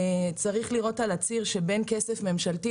צריך לראות על הציר שבין כסף ממשלתי,